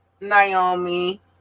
Naomi